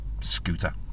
scooter